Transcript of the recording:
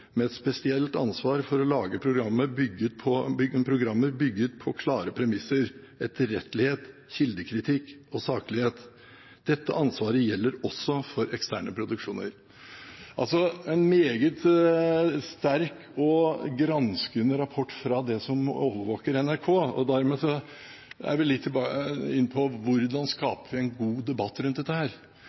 med et spesielt ansvar for å lage programmer bygget på klare premisser, etterrettelighet, kildekritikk og saklighet. Dette ansvaret gjelder også for eksterne produksjoner.» Det er altså en meget sterk og granskende rapport fra dem som overvåker NRK, og dermed er vi litt inne på hvordan vi skaper en god debatt rundt dette.